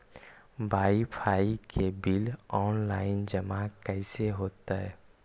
Wifi के bill online जमा कैसे होतै?